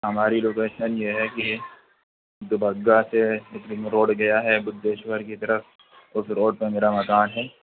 ہماری لوکیشن یہ ہے کہ ڈوبگہ سے رنگ روڈ گیا ہے بدھیشور کی طرف اس روڈ پہ میرا مکان ہے